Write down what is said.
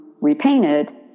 repainted